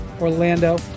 Orlando